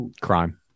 Crime